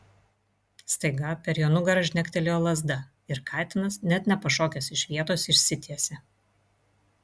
staiga per jo nugarą žnektelėjo lazda ir katinas net nepašokęs iš vietos išsitiesė